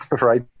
right